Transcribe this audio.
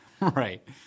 Right